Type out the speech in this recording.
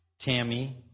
Tammy